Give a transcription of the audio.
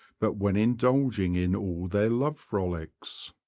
but when indulging in all their love frolics.